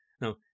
Now